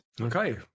Okay